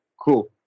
cool